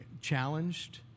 challenged